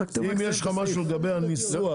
אם יש לך משהו לגבי הניסוח.